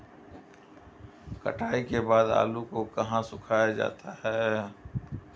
कटाई के बाद आलू को कहाँ सुखाया जाता है?